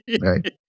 right